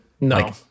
no